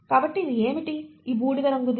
కాబట్టి ఇది ఏమిటి ఈ బూడిద రంగుది